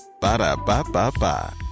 Ba-da-ba-ba-ba